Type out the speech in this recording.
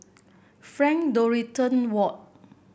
Frank Dorrington Ward